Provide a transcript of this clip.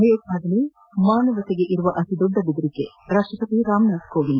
ಭಯೋತ್ವಾದನೆ ಮಾನವತೆಗಿರುವ ಅತಿದೊಡ್ಡ ಬೆದರಿಕೆ ರಾಷ್ಟಪತಿ ರಾಮ್ನಾಥ್ ಕೋವಿಂದ